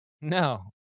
No